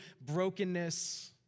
brokenness